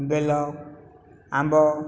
ବେଲ ଆମ୍ବ